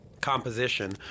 composition